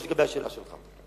לגבי השאלה שלך.